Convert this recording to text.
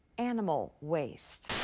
animal waste.